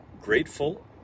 Grateful